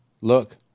look